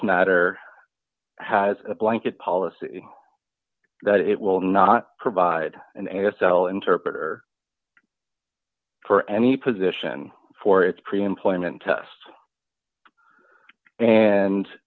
matter has a blanket policy that it will not provide an a s l interpreter for any position for its pre employment test and